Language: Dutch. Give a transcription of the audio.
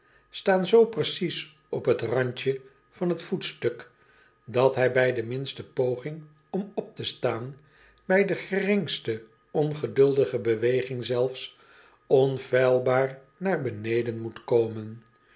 staan z precies op het randje van het voetstuk dat hij bij de minste poging om op te staan bij de geringste ongeduldige beweging zelfs onfeilbaar naar beneden moet komen